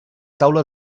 taula